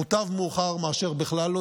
מוטב מאוחר מאשר בכלל לא.